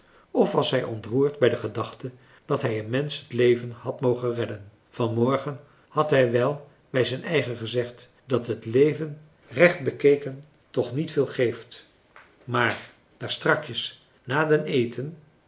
of was hij ontroerd bij de gedachte dat hij een mensch het leven had mogen redden vanmorgen had hij wel bij zijn eigen gezegd dat het leven rechtbekeken toch niet veel geeft maar daar strakjes na den eten